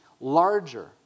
larger